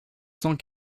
cent